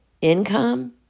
income